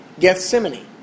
Gethsemane